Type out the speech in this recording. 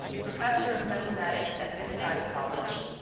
professor of mathematics at versailles college,